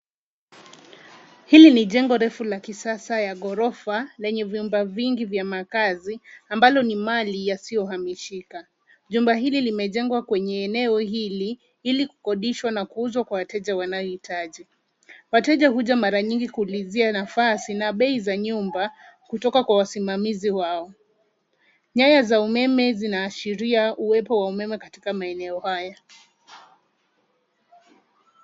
Hili ni jengo refu la kisasa ya ghorofa lenye vyumba vingi vya makazi ambalo ni mali isiyoamishika. Jumba hili limejengwa kwenye eneo hili ili kukodishwa na kuuzwa kwa wateja wanaohitaji. Wateja huja mara nyingi kuulizia nafasi na bei za nyumba kutoka kwa wasimamizi wao. Nyaya za umeme zinaashiria uwepo wa umeme katika maeneo haya.